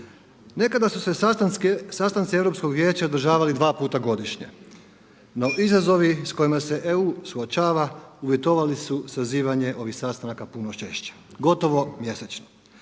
Nekada su se sastanci Europskog vijeća održavali dva puta godišnje, no izazovi s kojima se EU suočava uvjetovali su sazivanje ovih sastanaka puno češće, gotovo mjesečno.